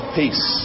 peace